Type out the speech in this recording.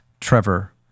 Trevor